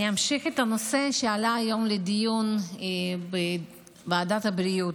אני אמשיך את הנושא שעלה היום לדיון בוועדת הבריאות.